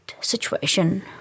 situation